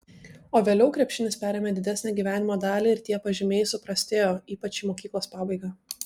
o vėliau krepšinis perėmė didesnę gyvenimo dalį ir tie pažymiai suprastėjo ypač į mokyklos pabaigą